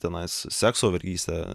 tenai sekso vergystė